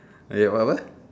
okay what apa